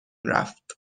رفت